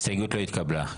ההסתייגות לא התקבלה.